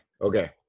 Okay